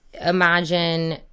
imagine